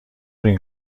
این